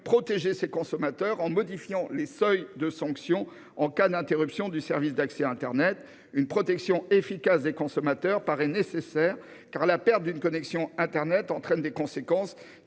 Choisir visant à modifier les seuils de sanction en cas d'interruption du service d'accès à internet. Une protection efficace des consommateurs paraît nécessaire, car la perte d'une connexion à internet a des conséquences